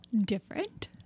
different